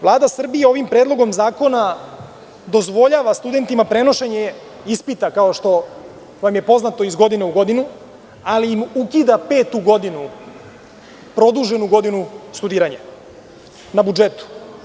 Vlada Srbije ovim Predlogom zakona dozvoljava studentima prenošenje ispita, kao što vam je poznato, iz godine u godinu, ali im ukida petu godinu, produženu godinu studiranja na budžetu.